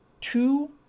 Two